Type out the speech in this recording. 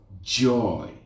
joy